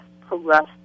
progress